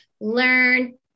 learn